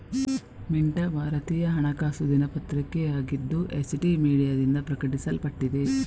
ಮಿಂಟಾ ಭಾರತೀಯ ಹಣಕಾಸು ದಿನಪತ್ರಿಕೆಯಾಗಿದ್ದು, ಎಚ್.ಟಿ ಮೀಡಿಯಾದಿಂದ ಪ್ರಕಟಿಸಲ್ಪಟ್ಟಿದೆ